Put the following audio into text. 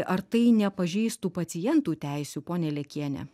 ar tai nepažeistų pacientų teisių ponia liekiene